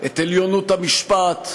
את עליונות המשפט,